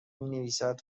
مینویسد